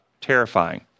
terrifying